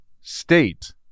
state